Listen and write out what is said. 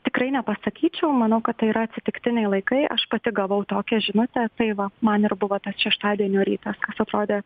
tikrai nepasakyčiau manau kad tai yra atsitiktiniai laikai aš pati gavau tokią žinutę tai va man ir buvo tas šeštadienio rytas kas atrodė